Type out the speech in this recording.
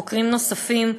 חוקרים נוספים,